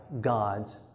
God's